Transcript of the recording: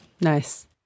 Nice